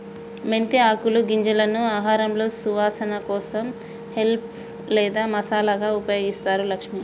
మెంతి ఆకులు గింజలను ఆహారంలో సువాసన కోసం హెల్ప్ లేదా మసాలాగా ఉపయోగిస్తారు లక్ష్మి